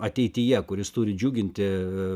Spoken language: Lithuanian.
ateityje kuris turi džiuginti